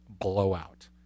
blowout